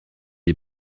est